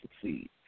succeed